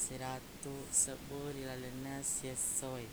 seratuq sebbu ri lalenna siesso e.